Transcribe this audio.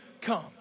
come